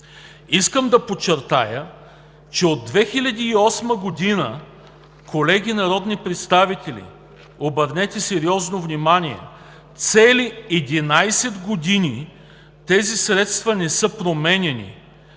Искам да подчертая, че от 2008 г., колеги народни представители, обърнете сериозно внимание – цели 11 години, тези средства не са променяни!